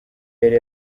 yari